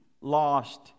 lost